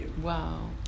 Wow